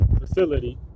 facility